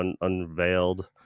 unveiled